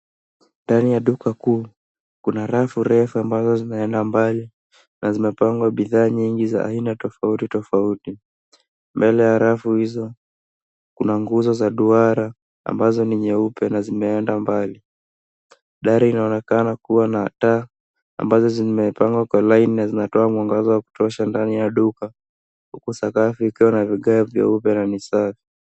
Ndani ya duka kuu, kuna rafu refu ambazo zinaenda mbali. Na zimepangwa bidhaa nyingi za aina tofauti tofauti. Mbele ya rafu hizo, kuna guzo za duara ambazo ni nyeupe na zimeenda mbali. Dari linaonekana kuwa na taa ambazo zimepangwa kwa laini na zinatoa mwangaza wa kutosha ndani ya duka. Huku sakafu ikiwa na vigae vyeupe na ni safi.